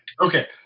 Okay